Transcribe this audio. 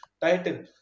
title